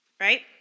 right